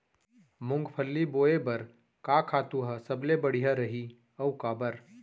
मूंगफली बोए बर का खातू ह सबले बढ़िया रही, अऊ काबर?